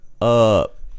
up